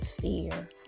fear